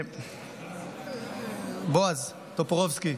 בועז טופורובסקי,